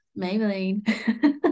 Maybelline